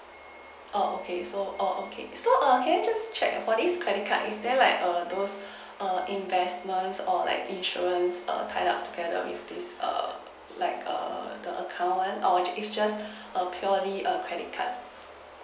oh okay so oh okay so err can I just check for this credit card is there like err those err investments or like insurance err tied up together with this err like err the current one or it's just a purely a credit card